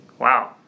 Wow